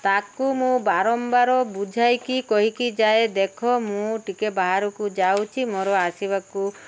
ତାକୁ ମୁଁ ବାରମ୍ବାର ବୁଝାଇକି କହିକି ଯାଏ ଦେଖ ମୁଁ ଟିକେ ବାହାରକୁ ଯାଉଛି ମୋର ଆସିବାକୁ